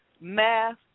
Math